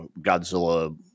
Godzilla